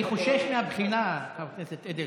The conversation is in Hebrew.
אני חושש מהבחינה, חבר הכנסת אדלשטיין.